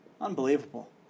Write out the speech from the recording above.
Unbelievable